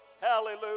hallelujah